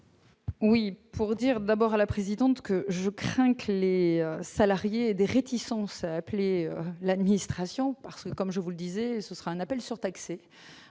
Oui pour dire d'abord à la présidente que je crains que les salariés des réticences, le administration parce que comme je vous le disais, ce sera un appel surtaxé